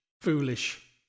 Foolish